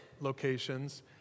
locations